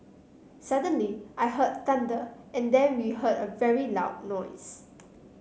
suddenly I heard thunder and then we heard a very loud noise